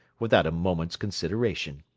without a moment's consideration.